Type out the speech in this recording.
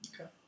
Okay